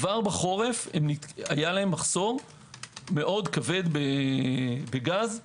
כבר בחורף היה להם מחסור מאוד כבד בגז.